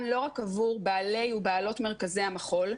לא רק עבור בעלי ובעלות מרכזי המחול,